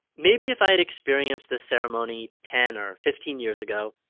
maybe, if i had experienced this ceremony ten or fifteen years ago,